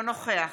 אינו נוכח